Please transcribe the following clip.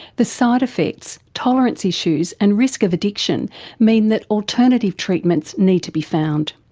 the side-effects, tolerance issues and risk of addiction mean that alternative treatments need to be found.